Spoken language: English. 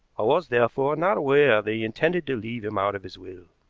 i was, therefore, not aware that he intended to leave him out of his will.